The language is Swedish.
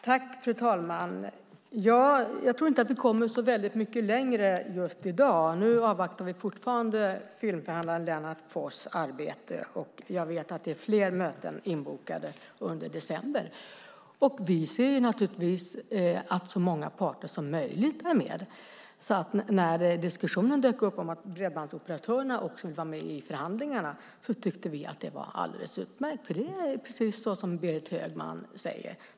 Fru talman! Jag tror inte att vi kommer så väldigt mycket längre i dag. Nu avvaktar vi fortfarande filmförhandlaren Lennart Foss arbete. Jag vet att det är fler möten inbokade under december. Vi ser naturligtvis att så många parter som möjligt är med. När diskussionen dök upp om att bredbandsoperatörerna också ville vara med i förhandlingarna tyckte vi att det var alldeles utmärkt. Det är precis som Berit Högman säger.